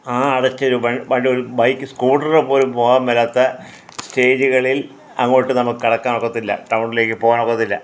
ആ അടച്ച ഒരു ഒരു വ വഴിക്ക് ബൈക്ക് സ്കൂട്ടറെ പോലും പോകാൻ മേലാത്ത സ്റ്റേജുകളിൽ അങ്ങോട്ട് നമുക്ക് കടക്കാൻ ഒക്കത്തില്ല ടൗണിലേക്ക് പോകാൻ ഒക്കത്തില്ല